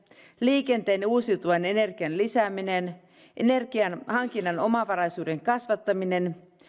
liikenteen uusiutuvan energian lisääminen energian hankinnan omavaraisuuden kasvattaminen